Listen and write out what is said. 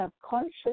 subconscious